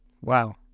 Wow